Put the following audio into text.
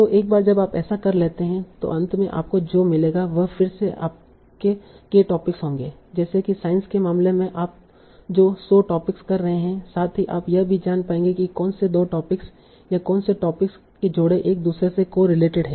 तो एक बार जब आप ऐसा कर लेते हैं तो अंत में आपको जो मिलेगा वह फिर से आपके k टॉपिक्स होंगे जैसे कि साइंस के मामले में आप जो सौ टोपिक कर रहे हैं साथ ही आप यह भी जान पाएंगे कि कौन से 2 टोपिक या कौन से टोपिक के जोड़े एक दूसरे से कोरिलेटेड हैं